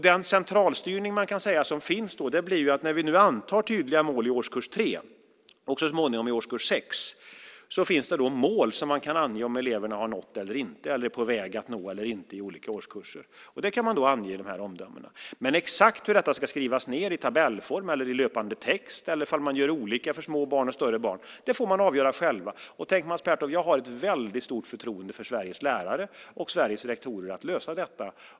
Den centralstyrning som man kan säga finns är att det, när vi nu antar tydliga mål i årskurs 3 och så småningom i årskurs 6, finns mål som man kan ange om eleverna har nått eller inte eller är på väg att nå eller inte i olika årskurser. Det kan man då ange i de här omdömena. Men exakt hur detta ska skrivas ned, i tabellform eller löpande text eller om man gör olika för små barn och större barn, får man avgöra själv. Och tänk, Mats Pertoft, jag har ett väldigt stort förtroende för att Sveriges lärare och rektorer kan lösa detta.